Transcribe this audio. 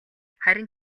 харин